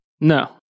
No